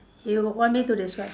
you want me to describe